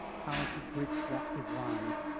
how do you bridge that divide.